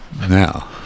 Now